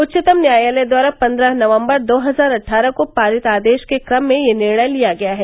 उच्चतम न्यायालय द्वारा पन्द्रह नवम्बर दो हजार अट्ठारह को पारित आदेश के क्रम में यह निर्णय लिया गया है